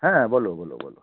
হ্যাঁ বলো বলো বলো